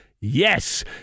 yes